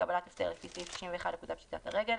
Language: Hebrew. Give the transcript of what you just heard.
קבלת הפטר לפי סעיף 61 לפקודת פשיטת הרגל,